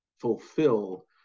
fulfill